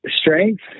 strength